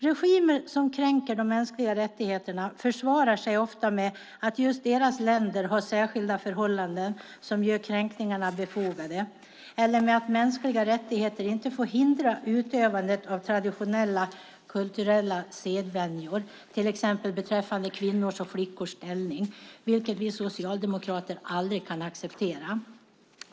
Regimer som kränker de mänskliga rättigheterna försvarar sig ofta med att just deras länder har särskilda förhållanden som gör kränkningarna befogade eller med att mänskliga rättigheter inte får hindra utövandet av traditionella kulturella sedvänjor, till exempel beträffande kvinnors och flickors ställning, vilket vi socialdemokrater aldrig kan acceptera.